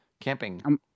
camping